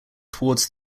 towards